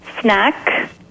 Snack